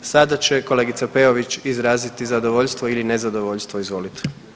Sada će kolegica Peović izraziti zadovoljstvo ili ne zadovoljstvo, izvolite.